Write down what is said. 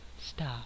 stop